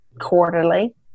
quarterly